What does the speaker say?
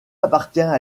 appartient